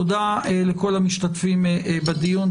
תודה לכל המשתתפים בדיון,